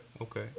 Okay